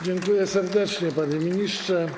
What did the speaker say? Dziękuję serdecznie, panie ministrze.